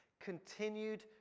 continued